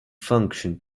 function